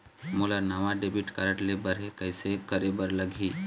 मोला नावा debit card लेबर हे, कइसे करे बर लगही?